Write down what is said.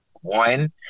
One